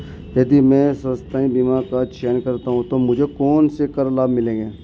यदि मैं स्वास्थ्य बीमा का चयन करता हूँ तो मुझे कौन से कर लाभ मिलेंगे?